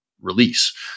release